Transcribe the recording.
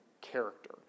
character